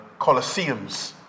Colosseums